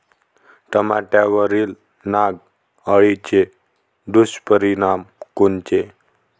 टमाट्यावरील नाग अळीचे दुष्परिणाम कोनचे?